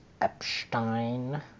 Epstein